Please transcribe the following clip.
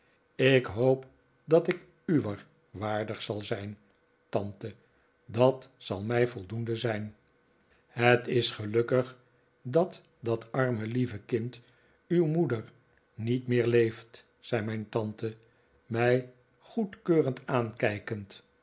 ik hoop dat ik u w e r waardig zal zijn tante dat zal mij voldoende zijn het is gelukkig dat dat arme lieve kind uw moeder niet meer leeft zei mijn tante mij goedkeurend aankijkend